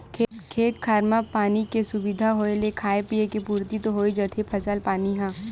खेत खार म पानी के सुबिधा होय ले खाय पींए के पुरति तो होइ जाथे फसल पानी ह